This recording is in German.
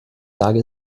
sage